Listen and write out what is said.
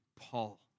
Paul